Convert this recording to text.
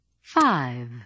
Five